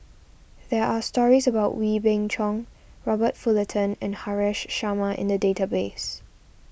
there are stories about Wee Beng Chong Robert Fullerton and Haresh Sharma in the database